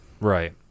Right